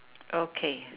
okay